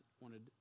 wanted